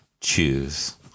choose